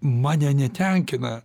mane netenkina